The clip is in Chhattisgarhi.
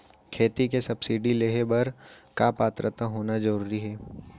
खेती के सब्सिडी लेहे बर का पात्रता होना जरूरी हे?